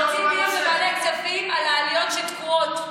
רוצים דיון בוועדת הכספים על העליות שתקועות.